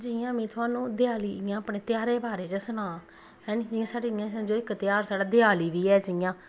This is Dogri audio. जि'यां में थुआनू देआली इ'यां अपने तेहारै दे बारे च सनां हैं जि'यां साढ़े इ'यां समझो इक तेहार देआली बी ऐ जि'यां